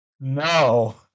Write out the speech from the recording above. no